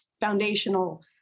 foundational